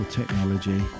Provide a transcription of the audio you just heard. technology